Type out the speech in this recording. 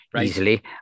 easily